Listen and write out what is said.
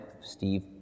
Steve